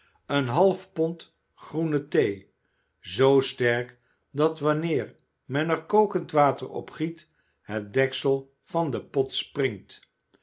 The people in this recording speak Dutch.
een half pond groene thee zoo sterk dat wanneer men er kokend water op giet het deksel van den pot springt